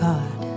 God